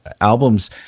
albums